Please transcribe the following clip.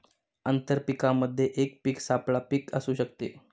आंतर पीकामध्ये एक पीक सापळा पीक असू शकते